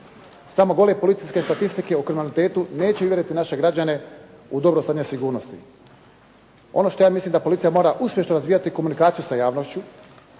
Samo gole policijske statistike u kriminalitetu neće uvjeriti naše građane u dobro stanje sigurnosti. Ono šta ja mislim da policija mora uspješno razvijati komunikaciju sa javnošću